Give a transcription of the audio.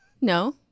No